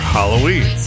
Halloween